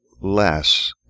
less